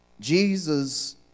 Jesus